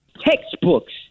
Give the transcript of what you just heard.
Textbooks